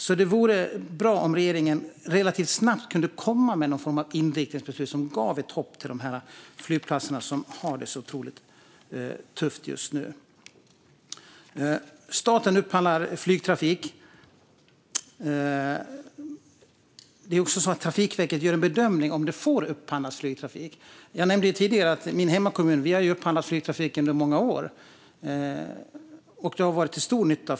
Det vore därför bra om regeringen relativt snabbt kunde komma med ett inriktningsbeslut som gav hopp åt de flygplatser som just nu har det tufft. Staten upphandlar flygtrafik, men Trafikverket gör först en bedömning av om det får upphandlas flygtrafik. Jag nämnde tidigare att min hemkommun har upphandlat flygtrafik under många år, vilket har varit till stor nytta.